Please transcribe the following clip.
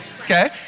Okay